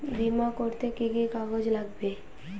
বিমা করতে কি কি কাগজ লাগবে?